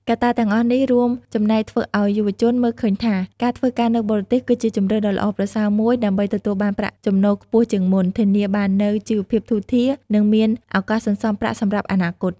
កត្តាទាំងអស់នេះរួមចំណែកធ្វើឱ្យយុវជនមើលឃើញថា ការធ្វើការនៅបរទេសគឺជាជម្រើសដ៏ល្អប្រសើរមួយដើម្បីទទួលបានប្រាក់ចំណូលខ្ពស់ជាងមុន ធានាបាននូវជីវភាពធូរធារ និងមានឱកាសសន្សំប្រាក់សម្រាប់អនាគត។